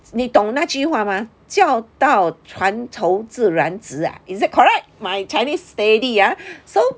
你懂那句话吗叫到船头自然直 is that correct my chinese steady ah